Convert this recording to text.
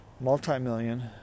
multi-million